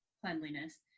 cleanliness